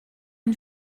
une